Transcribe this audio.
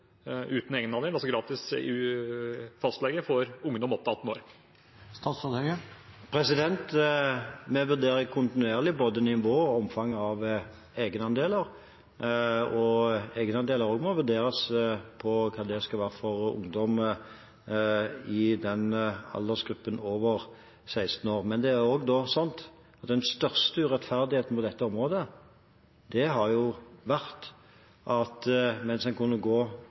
gratis fastlege, uten egenandel, for ungdom opp til 18 år? Vi vurderer kontinuerlig både nivå og omfang av egenandeler, og det må også vurderes hva egenandelene skal være for ungdom i aldersgruppen over 16 år. Men det er også sånn at den største urettferdigheten på dette området har vært at mens en i den aldersgruppen kunne gå